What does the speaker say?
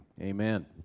amen